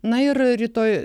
na ir rytoj